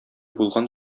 булган